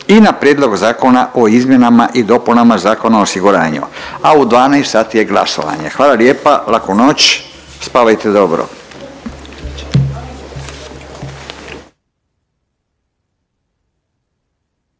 i na Prijedlog zakona o izmjenama i dopunama Zakona o osiguranjima, a u 12 sati je glasovanje. Hvala lijepa, laku noć, spavajte dobro.